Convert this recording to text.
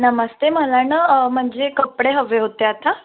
नमस्ते मला ना म्हणजे कपडे हवे होते आता